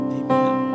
amen